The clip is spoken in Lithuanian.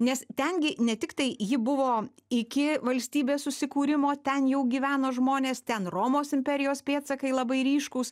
nes ten gi ne tiktai ji buvo iki valstybės susikūrimo ten jau gyveno žmonės ten romos imperijos pėdsakai labai ryškūs